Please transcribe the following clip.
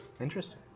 Interesting